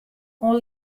oan